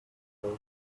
tales